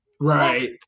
Right